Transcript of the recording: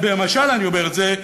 במשל אני אומר את זה,